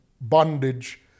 bondage